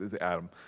Adam